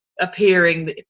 appearing